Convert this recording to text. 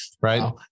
Right